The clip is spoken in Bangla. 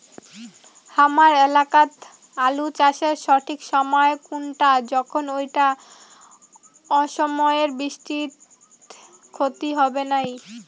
হামার এলাকাত আলু চাষের সঠিক সময় কুনটা যখন এইটা অসময়ের বৃষ্টিত ক্ষতি হবে নাই?